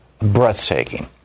Breathtaking